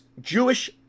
jewish